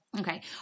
Okay